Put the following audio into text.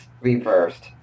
reversed